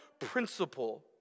principle